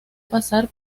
pasar